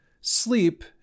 sleep